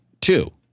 two